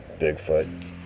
Bigfoot